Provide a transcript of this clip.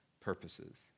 purposes